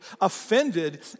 offended